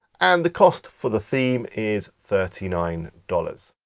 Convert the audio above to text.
and the cost for the theme is thirty nine dollars.